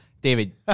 David